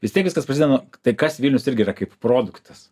vis tiek viskas prasideda nuo tai kas vilnius irgi yra kaip produktas